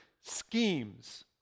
schemes